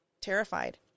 terrified